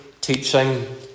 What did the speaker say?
teaching